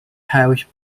parish